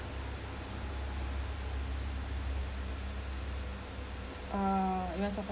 uh am I suppose